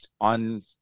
on